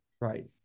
right